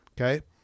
Okay